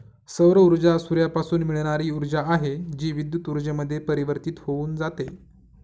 सौर ऊर्जा सूर्यापासून मिळणारी ऊर्जा आहे, जी विद्युत ऊर्जेमध्ये परिवर्तित होऊन जाते